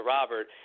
Robert